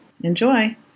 Enjoy